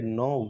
no